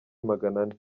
maganane